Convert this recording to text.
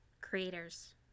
creators